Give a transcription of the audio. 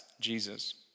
Jesus